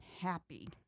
Happy